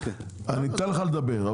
אני אתן לך לדבר,